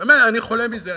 באמת חולה מזה.